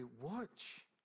watch